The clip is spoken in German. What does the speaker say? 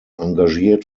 engagiert